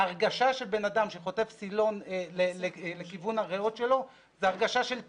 ההרגשה של בנאדם שחוטף סילון לכיוון הריאות שלו זה הרגשה של טביעה.